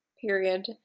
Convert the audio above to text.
period